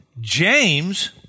James